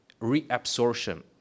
reabsorption